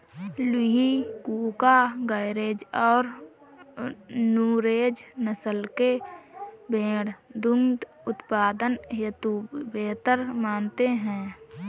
लूही, कूका, गरेज और नुरेज नस्ल के भेंड़ दुग्ध उत्पादन हेतु बेहतर माने जाते हैं